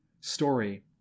story